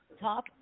top